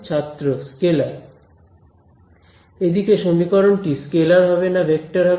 ছাত্র স্কেলার এদিকে সমীকরণটি স্কেলার হবে না ভেক্টর হবে